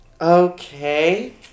okay